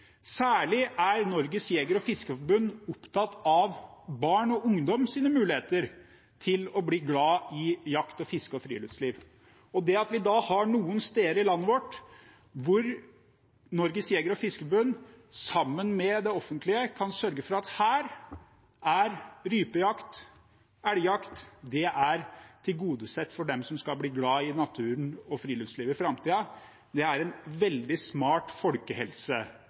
Særlig er Norges Jeger- og Fiskerforbund opptatt av barn og ungdoms muligheter til å bli glad i jakt og fiske og friluftsliv. At vi har noen steder i landet vårt hvor Norges Jeger- og Fiskerforbund, sammen med det offentlige, kan sørge for at rypejakt og elgjakt er tilgodesett dem som skal bli glad i natur- og friluftsliv i framtida, er en veldig smart